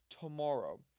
tomorrow